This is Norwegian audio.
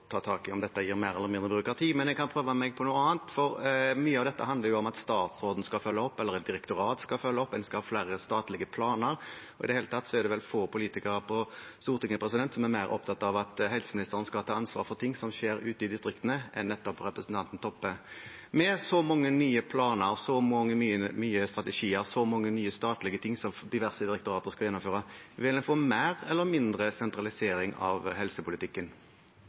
ta tak i om dette gir mer eller mindre byråkrati. Men jeg kan prøve meg på noe annet. Mye av dette handler jo om at statsråden skal følge opp, eller at et direktorat skal følge opp, eller at en skal ha flere statlige planer. I det hele tatt er det få politikere på Stortinget som er mer opptatt av at helseministeren skal ta ansvar for ting som skjer ute i distriktene, enn nettopp representanten Toppe. Med så mange nye planer, så mange nye strategier, så mange nye statlige ting som diverse direktorater skal gjennomføre, vil en få mer eller mindre sentralisering av helsepolitikken?